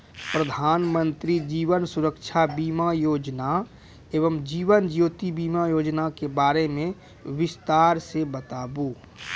प्रधान मंत्री जीवन सुरक्षा बीमा योजना एवं जीवन ज्योति बीमा योजना के बारे मे बिसतार से बताबू?